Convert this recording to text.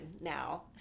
now